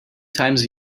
times